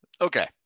Okay